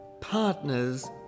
partners